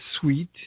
sweet